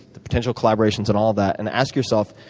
the potential collaborations, and all of that and ask yourself,